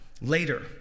later